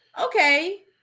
okay